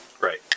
Right